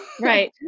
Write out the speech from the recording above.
Right